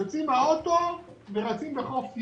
יוצאים מהאוטו, ורצים לחוף ים.